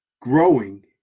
Growing